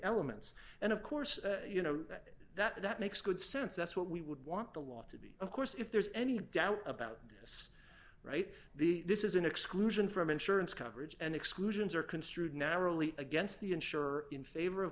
elements and of course you know that that makes good sense that's what we would want the law to be of course if there's any doubt about this right the this is an exclusion from insurance coverage and exclusions are construed narrowly against the insurer in favor of